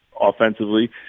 offensively